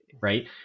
right